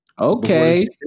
Okay